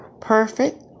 perfect